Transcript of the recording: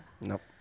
Nope